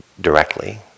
directly